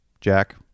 Jack